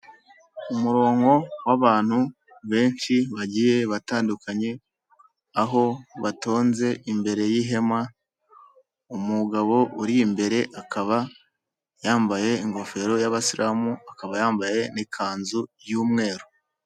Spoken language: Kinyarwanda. Umurongo w'abantu benshi bagiye batandukanye aho batonze imbere y'ihema umugabo uri imbere akaba yambaye ingofero y'abayisilamu akaba yambaye n'ikanzu y'umweru.